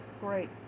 Great